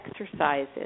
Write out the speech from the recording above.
exercises